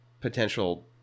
potential